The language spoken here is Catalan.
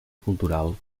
cultural